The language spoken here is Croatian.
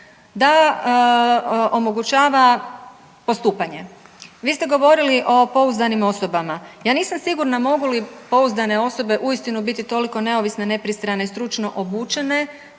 da omogućava postupanje. Vi ste govorili o pouzdanim osobama, ja nisam sigurna mogu li pouzdane osobe uistinu biti toliko neovisne, nepristrane i stručno obučene